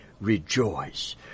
rejoice